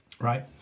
Right